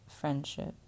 friendship